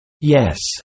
Yes